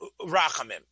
Rachamim